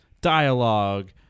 dialogue